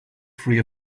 free